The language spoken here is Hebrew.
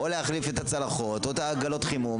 או להחליף את הצלחות או את עגלות החימום,